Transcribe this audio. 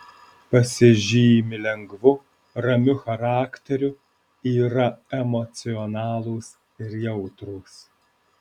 pasižymi lengvu ramiu charakteriu yra emocionalūs ir jautrūs